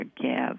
give